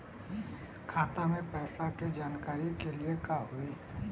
खाता मे पैसा के जानकारी के लिए का होई?